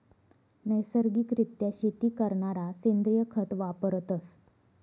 नैसर्गिक रित्या शेती करणारा सेंद्रिय खत वापरतस